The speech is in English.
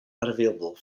unavailable